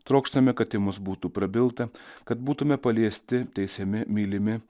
trokštame kad į mus būtų prabilta kad būtume paliesti teisiami mylimi